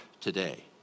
today